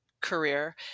career